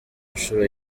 nshuro